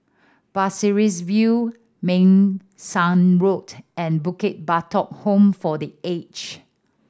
Pasir Ris View Meng Suan Road and Bukit Batok Home for The Age